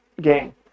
game